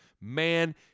Man